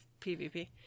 PvP